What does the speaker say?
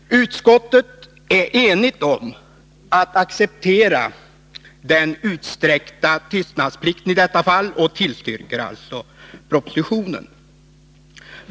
Utskottet är enigt om att acceptera den utsträckta tystnadsplikten i detta fall och tillstyrker alltså propositionen.